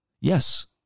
Yes